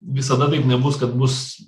visada taip nebus kad bus